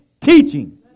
teaching